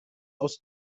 aus